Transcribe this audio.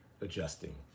adjusting